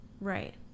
Right